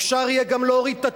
אפשר יהיה גם להוריד את התדירות.